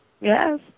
yes